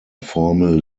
formel